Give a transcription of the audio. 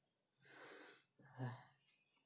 !hais!